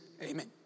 Amen